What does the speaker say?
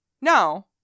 No